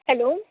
hello